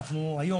והיום,